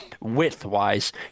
width-wise